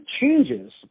changes